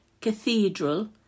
Cathedral